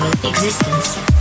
existence